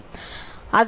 അതിനാൽ 16 0